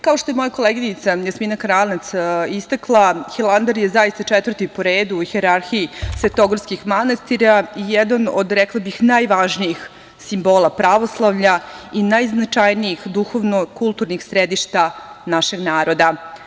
Kao što je moja koleginica Jasmina Karanac istakla, Hilandar je zaista četvrti po redu u hijerarhiji svetogorskih manastira i jedan od, rekla bih, najvažnijih simbola pravoslavlja i najznačajnijih duhovno-kulturnih središta našeg naroda.